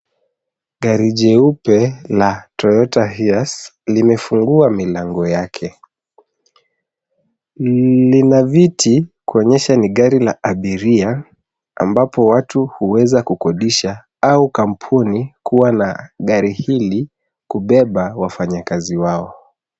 Gari jeupe la Toyota Hiace limefungua milango yake. Lina viti kuonyesha ni gari la abiria, ambapo watu huweza kukodisha au kampuni kuwa na gari hili kubeba wafanyakazi wao.